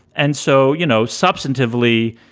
and so, you know, substantively,